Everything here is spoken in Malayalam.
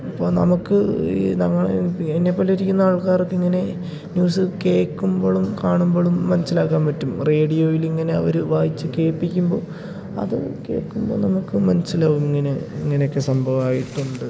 അപ്പോൾ നമുക്ക് ഈ നിങ്ങളെ എന്നെ പോലെ ഇരിക്കുന്ന ആൾക്കാർക്കിങ്ങനെ ന്യൂസ് കേൾക്കുമ്പോഴും കാണുമ്പോഴും മനസ്സിലാക്കാൻ പറ്റും റേഡിയോയിലിങ്ങനെ അവർ വായിച്ച് കേൾപ്പിക്കുമ്പോൾ അത് കേൾക്കുമ്പോൾ നമുക്ക് മനസ്സിലാകും ഇങ്ങനെ ഇങ്ങനെയൊക്കെ സംഭവമായിട്ടുണ്ട്